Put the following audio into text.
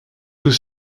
tout